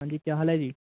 ਹਾਂਜੀ ਕਿਆ ਹਾਲ ਹੈ ਜੀ